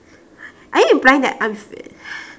are you implying that I'm f~